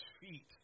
feet